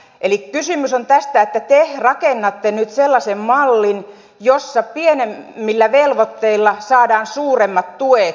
eli kysymys on tästä että te rakennatte nyt sellaisen mallin jossa pienemmillä velvoitteilla saadaan suuremmat tuet yhteiskunnalta